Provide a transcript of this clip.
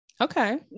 Okay